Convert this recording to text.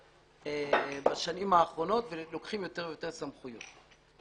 --- בשנים האחרונות ולוקחים יותר ויותר סמכויות.